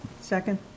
Second